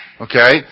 Okay